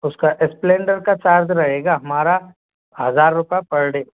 उसका स्प्लेंडर का चार्ज रहेगा हमारा हज़ार रुपये पर डे